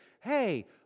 hey